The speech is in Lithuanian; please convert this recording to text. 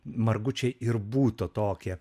margučiai ir būtų tokie